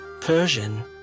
Persian